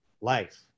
life